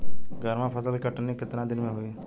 गर्मा फसल के कटनी केतना दिन में होखे?